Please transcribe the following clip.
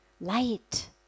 light